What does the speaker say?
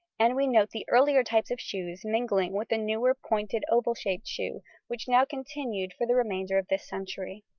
and we note the earlier types of shoes mingling with the newer pointed oval-shaped shoe which now continued for the remainder of this century.